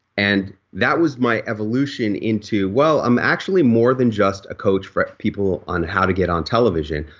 and that was my evolution into well, i'm actually more than just a coach for people on how to get on television.